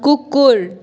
कुकुर